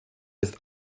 ist